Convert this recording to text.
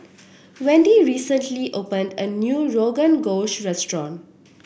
Wendy recently opened a new Rogan Josh restaurant